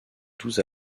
douze